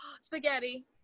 Spaghetti